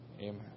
Amen